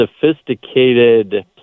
sophisticated